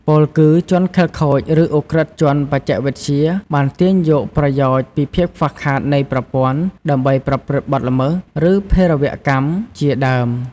ពោលគឺ ជនខិលខូច ឬ ឧក្រិដ្ឋជនបច្ចេកវិទ្យា បាន ទាញយកប្រយោជន៍ពីភាពខ្វះខាត នៃប្រព័ន្ធ ដើម្បី ប្រព្រឹត្តបទល្មើស ឬ ភេរវកម្ម ជាដើម។